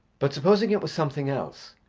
but supposing it was something else?